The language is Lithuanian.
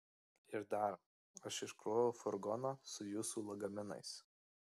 ir dar aš iškroviau furgoną su jūsų lagaminais